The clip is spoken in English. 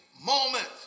moment